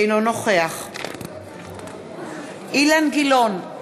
אינו נוכח אילן גילאון,